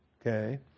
Okay